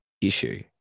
issue